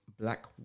black